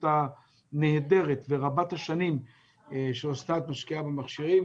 הנהדרת ורבת השנים שאסנת משקיעה במכשירים.